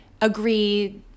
agree